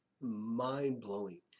mind-blowing